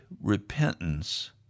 repentance